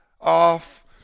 off